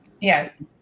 yes